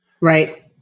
Right